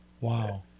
Wow